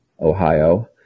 Ohio